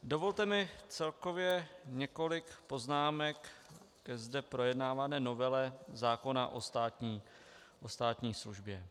Dovolte mi celkově několik poznámek ke zde projednávané novele zákona o státní službě.